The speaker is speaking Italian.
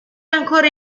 ancora